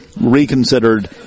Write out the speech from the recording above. reconsidered